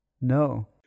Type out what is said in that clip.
No